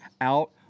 out